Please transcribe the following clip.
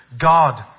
God